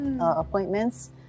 appointments